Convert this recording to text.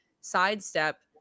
sidestep